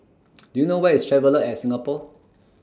Do YOU know Where IS Traveller At Singapore